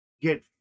Get